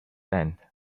tenth